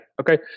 Okay